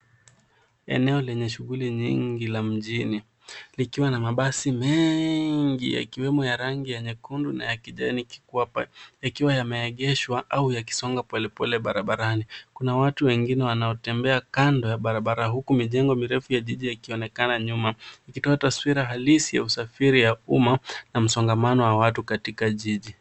Eneo lenye shughuli nyingi la mjini likiwa na mabasi mengi yakiwemo ya rangi ya nyekundu na kijani kikwapa yakiwa yameegeshwa au yakisonga polepole barabarani. Kuna watu wengine wanaotembea kando ya barabara huku mijengo mirefu ya jiji yakionekana nyuma ikitoa taswira halisi ya usafiri ya umma na msongamano wa watu katika jiji.